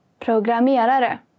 Programmerare